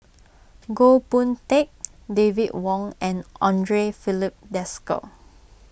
Goh Boon Teck David Wong and andre Filipe Desker